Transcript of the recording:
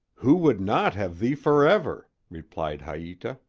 who would not have thee forever? replied haita.